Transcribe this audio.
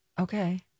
Okay